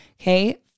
Okay